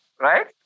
Right